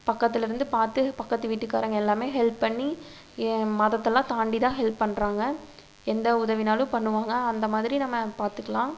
பக்கத்தில் இருந்து பார்த்து பக்கத்து வீட்டுக்காரங்கள் எல்லாமே ஹெல்ப் பண்ணி என் மதத்தெல்லாம் தாண்டி தான் ஹெல்ப் பண்ணுறாங்க எந்த உதவினாலும் பண்ணுவாங்க அந்த மாதிரி நம்ம பார்த்துக்கலாம்